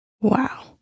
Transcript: Wow